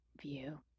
view